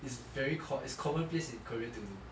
it's very co~ is commonplace in korea to do